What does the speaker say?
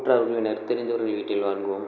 உற்றார் உறவினர் தெரிஞ்சவர் வீட்டில் வாங்குவோம்